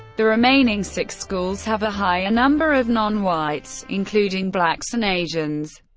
the remaining six schools have a higher number of non-whites, including blacks and asians.